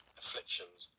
afflictions